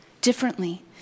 differently